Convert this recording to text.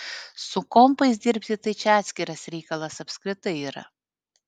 su kompais dirbti tai čia atskiras reikalas apskritai yra